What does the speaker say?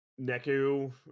Neku